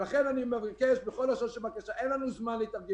לכן אני מבקש בכל לשון של בקשה אין לנו זמן להתארגנויות,